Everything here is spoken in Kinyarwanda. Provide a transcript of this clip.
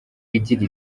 igira